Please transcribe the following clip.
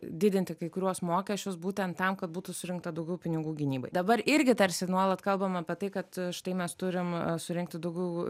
didinti kai kuriuos mokesčius būtent tam kad būtų surinkta daugiau pinigų gynybai dabar irgi tarsi nuolat kalbama apie tai kad štai mes turim surinkti daugiau